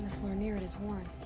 floor near it is worn.